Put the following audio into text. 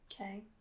okay